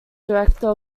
director